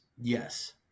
Yes